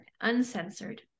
Uncensored